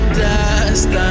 dust